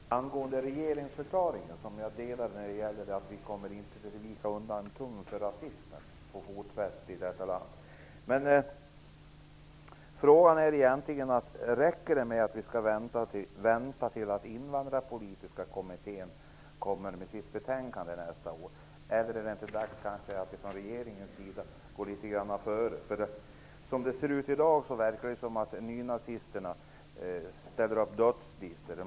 Fru talman! Jag har en fråga till statsministern angående regeringsförklaringen. Jag delar uppfattningen att vi inte kommer att vika undan en tum för raismen och låta den få fotfäste i detta land. Frågan är om det räcker att vi skall vänta till Invandrarpolitiska kommittén kommer med sitt betänkande nästa år eller om det kanske är dags att regeringen går litet grand före. Som det ser ut i dag upprättar nynazisterna dödslistor.